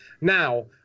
Now